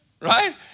Right